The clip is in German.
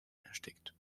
erstickt